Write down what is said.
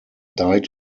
died